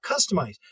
customize